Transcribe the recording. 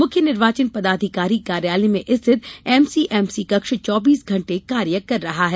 मुख्य निर्वाचन पदाधिकारी कार्यालय में स्थित एमसीएमसी कक्ष चौबीस घण्टे कार्य कर रहा है